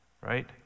right